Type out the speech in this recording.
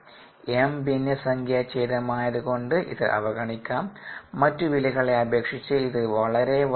m ഭിന്നസംഖ്യാഛേദമായത് കൊണ്ട് ഇത് അവഗണിക്കാം മറ്റ് വിലകളെ അപേക്ഷിച്ച് ഇത് വളരെ വലുതാണ്